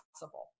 possible